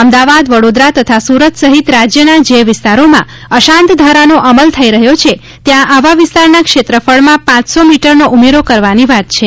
અમદાવાદ વડોદરા તથા સુરત સહિત રાજ્યના જે વિસ્તારોમાં અશાંત ધારાનો અમલ થઇ રહ્યો છે ત્યાં આવા વિસ્તારના ક્ષેત્રફળમાં પાંચસો મીટરનો ઉમેરો કરવાની વાત છે